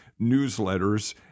newsletters